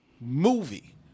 movie